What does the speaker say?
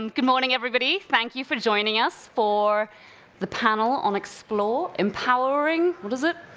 and good morning everybody, thank you for joining us for the panel on explore, empowering, what is it?